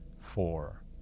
four